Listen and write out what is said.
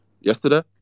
Yesterday